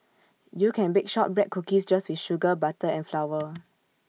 you can bake Shortbread Cookies just with sugar butter and flour